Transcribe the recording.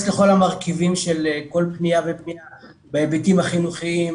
לכל המרכיבים של כל פנייה ופנייה בהיבטים החינוכיים,